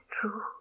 true